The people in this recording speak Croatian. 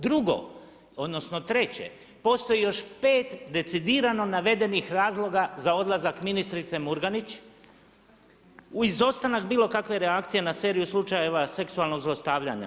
Drugo, odnosno, treće, postoji još 5 decidirano navedenih razloga za odlazak ministrice Murganić u izostanak bilo kakve reakcije na seriju slučajeva seksualnog zlostavljanja.